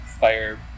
Fire